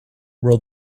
roll